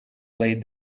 laid